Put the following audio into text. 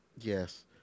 Yes